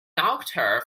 doctor